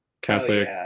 Catholic